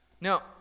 Now